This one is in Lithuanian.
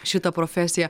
šitą profesiją